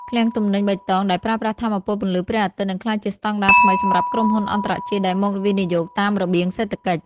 ឃ្លាំងទំនិញបៃតងដែលប្រើប្រាស់ថាមពលពន្លឺព្រះអាទិត្យ នឹងក្លាយជាស្តង់ដារថ្មីសម្រាប់ក្រុមហ៊ុនអន្តរជាតិដែលមកវិនិយោគតាមរបៀងសេដ្ឋកិច្ច។